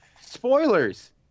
spoilers